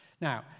Now